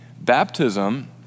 Baptism